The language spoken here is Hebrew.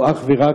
הוא אך ורק,